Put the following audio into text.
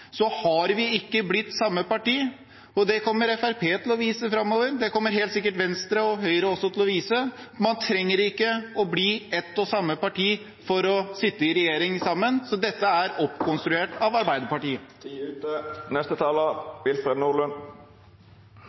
så har vi ikke blitt samme parti. Det kommer Fremskrittspartiet til å vise framover. Det kommer helt sikkert Venstre og Høyre også til å vise. Man trenger ikke å bli ett og samme parti for å sitte i regjering sammen. Så dette er oppkonstruert av Arbeiderpartiet.